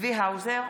צבי האוזר,